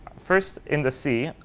first in the c,